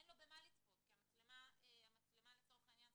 אין לו במה לצפות כי המצלמה תקולה.